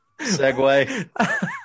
segue